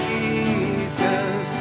Jesus